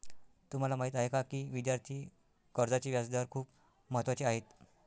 तुम्हाला माहीत आहे का की विद्यार्थी कर्जाचे व्याजदर खूप महत्त्वाचे आहेत?